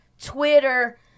Twitter